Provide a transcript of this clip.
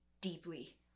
deeply